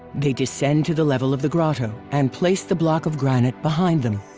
they descend to the level of the grotto and place the block of granite behind them.